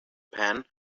pan